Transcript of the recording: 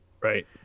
Right